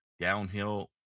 downhill